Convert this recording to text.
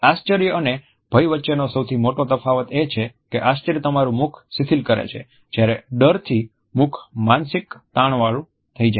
આશ્ચર્ય અને ભય વચ્ચેનો સૌથી મોટો તફાવત એ છે કે આશ્ચર્ય તમારું મુખ શિથિલ કરે છે જ્યારે ડર થી મુખ માનસિક તાણ વાળું થઈ જાય છે